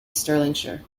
stirlingshire